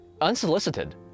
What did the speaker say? unsolicited